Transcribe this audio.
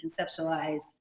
conceptualize